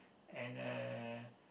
and uh